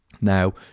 Now